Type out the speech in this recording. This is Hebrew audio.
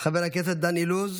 חבר הכנסת דן אילוז,